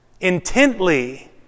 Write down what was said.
Intently